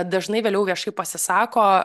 dažnai vėliau viešai pasisako